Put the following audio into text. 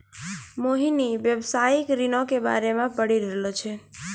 मोहिनी व्यवसायिक ऋणो के बारे मे पढ़ि रहलो छै